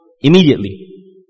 immediately